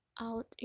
out